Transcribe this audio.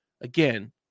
Again